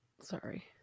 Sorry